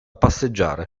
passeggiare